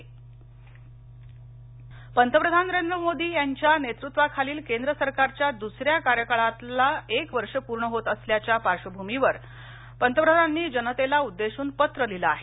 पंतप्रधान पत्र पंतप्रधान नरेंद्र मोदी यांच्या नेतृत्वाखालील केंद्र सरकारच्या दुसऱ्या कार्यकाळाला एक वर्ष पूर्ण होत असल्याच्या पार्श्वभूमीवर पंतप्रधानांनी जनतेला उद्देशून पत्र लिहीलं आहे